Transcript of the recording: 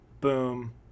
boom